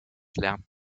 lernt